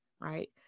right